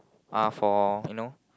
are for you know